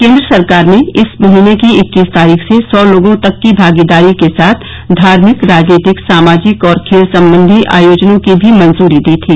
केन्द्र सरकार ने इस महीने की इक्कीस तारीख से सौ लोगों तक की भागीदारी के साथ धार्मिक राजनीतिक सामाजिक और खेल संबंधी आयोजनों की भी मंजूरी दी थी